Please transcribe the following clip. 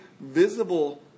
visible